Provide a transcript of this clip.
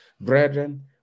brethren